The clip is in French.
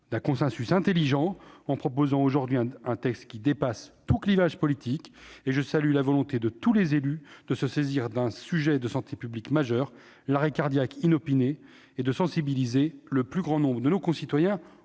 un consensus intelligent, en élaborant un texte qui dépasse les clivages politiques. Je salue la volonté de tous les élus de se saisir du sujet de santé publique majeur qu'est l'arrêt cardiaque inopiné et de sensibiliser le plus grand nombre de nos concitoyens